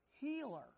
Healer